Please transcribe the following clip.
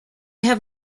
have